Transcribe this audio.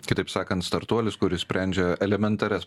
kitaip sakant startuolis kuris sprendžia elementarias